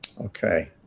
Okay